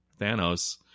Thanos